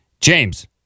James